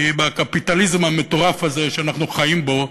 כי בקפיטליזם המטורף הזה שאנחנו חיים בו,